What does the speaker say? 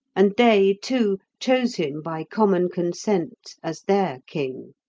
and they, too, chose him by common consent as their king.